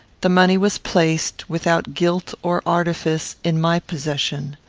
the money was placed, without guilt or artifice, in my possession.